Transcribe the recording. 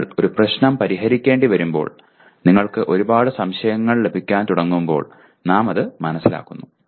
നിങ്ങൾ ഒരു പ്രശ്നം പരിഹരിക്കേണ്ടിവരുമ്പോൾ നിങ്ങൾക്ക് ഒരുപാട് സംശയങ്ങൾ ലഭിക്കാൻ തുടങ്ങുമ്പോൾ നാം അത് മനസ്സിലാക്കുന്നു